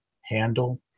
handle